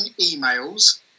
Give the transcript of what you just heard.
emails